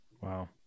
Wow